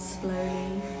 Slowly